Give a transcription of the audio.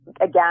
again